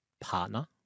partner